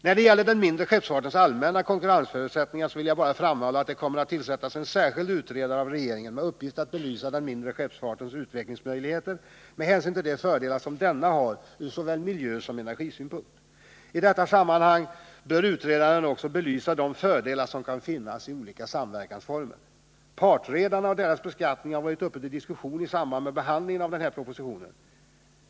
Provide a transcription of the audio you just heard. När det gäller den mindre skeppsfartens allmänna konkurrensförutsättningar vill jag bara framhålla att det av regeringen kommer att tillsättas en särskild utredare med uppgift att belysa den mindre skeppsfartens utvecklingsmöjligheter med hänsyn till de fördelar som denna har från miljöoch energisynpunkt. I detta sammanhang bör utredaren också belysa de fördelar som kan finnas i olika samverkansformer. Partredarna och deras beskattning har varit uppe till diskussion i samband med behandlingen av den här propositionen.